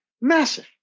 Massive